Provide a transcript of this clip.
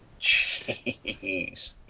Jeez